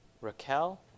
Raquel